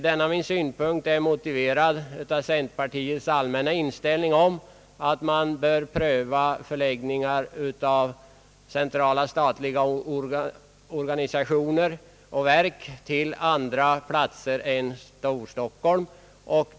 Denna min mening är motiverad av centerpartiets allmänna inställning att man bör pröva förläggning av centrala statliga organ och verk till andra platser än Storstockholm.